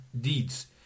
deeds